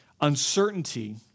uncertainty